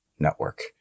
network